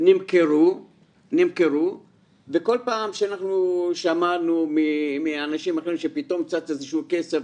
נמכרו וכל פעם שאנחנו שמענו מאנשים אחרים שפתאום צץ איזה שהוא כסף,